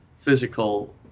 physical